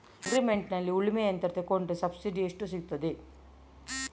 Agri ಮಾರ್ಟ್ನಲ್ಲಿ ಉಳ್ಮೆ ಯಂತ್ರ ತೆಕೊಂಡ್ರೆ ಸಬ್ಸಿಡಿ ಎಷ್ಟು ಸಿಕ್ತಾದೆ?